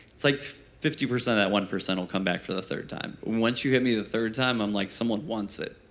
it's like fifty percent of that one percent will come back for the third time. once you hit me the third time i'm like, someone wants it.